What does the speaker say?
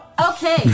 Okay